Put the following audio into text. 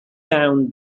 found